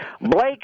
Blake